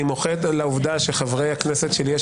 אני מוחה על העובדה שחברי הכנסת של יש